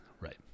Right